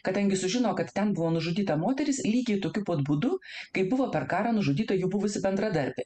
kadangi sužino kad ten buvo nužudyta moteris lygiai tokiu pat būdu kaip buvo per karą nužudyta jų buvusi bendradarbė